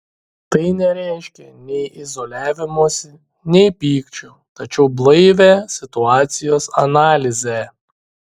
tai nereiškia nei izoliavimosi nei pykčio tačiau blaivią situacijos analizę